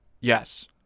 Yes